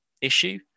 issue